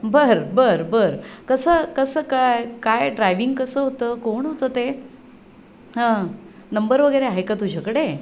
बर बर बर कसं कसं काय काय ड्रायविंग कसं होतं कोण होतं ते हां नंबर वगैरे आहे का तुझ्याकडे